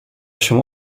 się